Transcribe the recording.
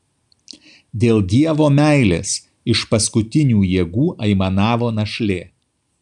dėl dievo meilės iš paskutinių jėgų aimanavo našlė